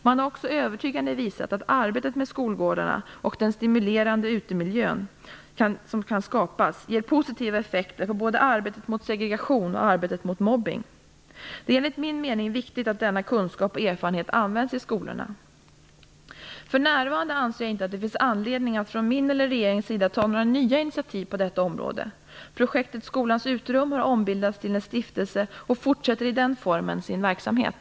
Man har också övertygande visat att arbetet med skolgårdarna och den stimulerande utemiljö som kan skapas ger positiva effekter på arbetet mot både segregation och mobbning. Det är enligt min mening viktigt att denna kunskap och erfarenhet används i skolorna. För närvarande anser jag inte att det finns anledning att från min eller regeringens sida ta några nya initiativ på detta område. Projektet Skolans Uterum har ombildats till en stiftelse och fortsätter i den formen sin verksamhet.